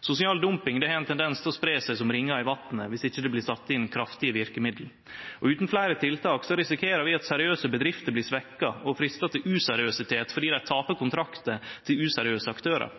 Sosial dumping har ein tendens til å spreie seg som ringar i vatnet, viss ikkje det blir sett inn kraftige verkemiddel. Utan fleire tiltak risikerer vi at seriøse bedrifter blir svekte og freista til å vere useriøse fordi dei tapar kontraktar til useriøse aktørar.